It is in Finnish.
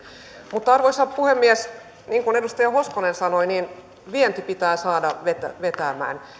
mutta arvoisa puhemies niin kuin edustaja hoskonen sanoi vienti pitää saada vetämään